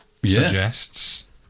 suggests